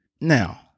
Now